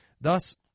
Thus